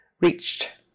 Reached